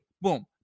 Boom